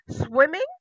swimming